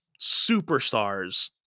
superstars